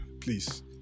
please